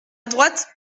droite